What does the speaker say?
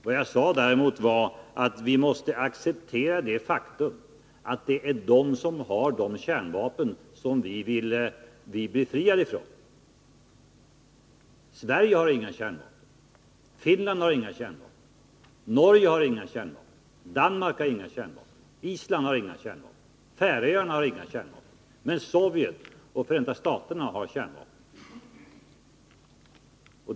Vad jag sade var däremot att vi måste acceptera det faktum att det är supermakterna som har de kärnvapen som vi vill bli befriade ifrån. Sverige har inga kärnvapen, Finland har inga kärnvapen, Norge har inga kärnvapen, Danmark har inga kärnvapen, Island har inga kärnvapen och Färöarna har inga kärnvapen. Men Sovjet och Förenta staterna har kärnvapen.